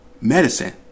medicine